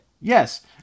yes